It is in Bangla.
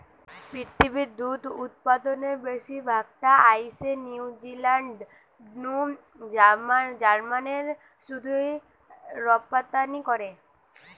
পৃথিবীর দুধ উতপাদনের বেশির ভাগ টা আইসে নিউজিলান্ড নু জার্মানে শুধুই রপ্তানি করে